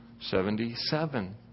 Seventy-seven